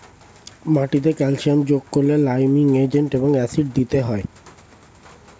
মাটিতে ক্যালসিয়াম যোগ করলে লাইমিং এজেন্ট এবং অ্যাসিড দিতে হয়